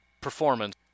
performance